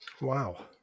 Wow